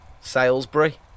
Salisbury